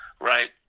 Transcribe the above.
right